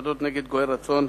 תפסיד מהפעלת הרכבת הקלה.